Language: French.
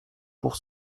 pour